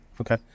okay